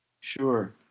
Sure